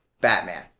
Batman